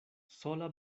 sola